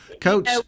coach